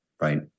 right